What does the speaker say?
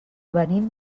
venim